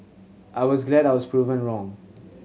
I was glad I was proven wrong